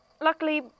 Luckily